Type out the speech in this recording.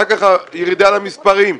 ואחר כך ירידה למספרים.